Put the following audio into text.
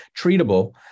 treatable